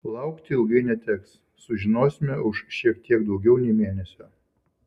laukti ilgai neteks sužinosime už šiek tiek daugiau nei mėnesio